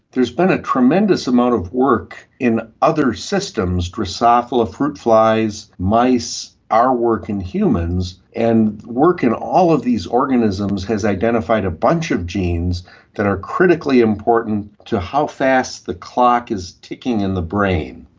there's been a tremendous amount of work in other systems, drosophila fruit flies, mice, our work in humans, and work in all of these organisms has identified a bunch of genes that are critically important to how fast the clock is ticking in the brain,